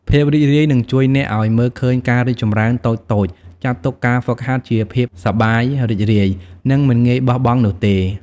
ភាពរីករាយនឹងជួយអ្នកឱ្យ មើលឃើញការរីកចម្រើនតូចៗ ចាត់ទុកការហ្វឹកហាត់ជាភាពសប្បាយរីករាយ និងមិនងាយបោះបង់នោះទេ។